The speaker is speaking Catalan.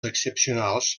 excepcionals